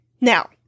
Now